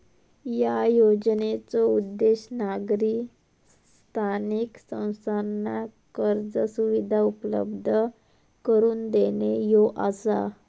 या योजनेचो उद्देश नागरी स्थानिक संस्थांना कर्ज सुविधा उपलब्ध करून देणे ह्यो आसा